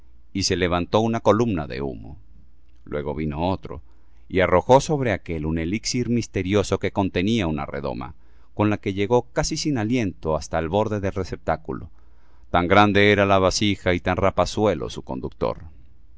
y se levantó una columna de humo luego vino otro arrojó sobre aquél un elíxir misterioso que contenía una redoma con la que llegó casi sin aliento hasta el borde del receptáculo tan grande era la vasija y tan rapazuelo su conductor